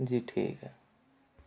जी ठीक है